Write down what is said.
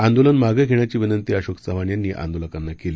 आंदोलन मागे घेण्याची विनंती अशोक चव्हाण यांनी आंदोलकांना केली